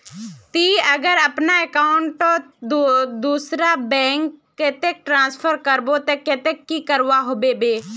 ती अगर अपना अकाउंट तोत दूसरा बैंक कतेक ट्रांसफर करबो ते कतेक की करवा होबे बे?